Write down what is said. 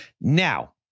Now